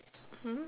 hmm